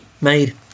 made